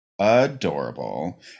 adorable